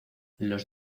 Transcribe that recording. los